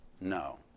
no